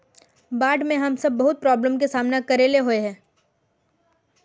बाढ में हम सब बहुत प्रॉब्लम के सामना करे ले होय है?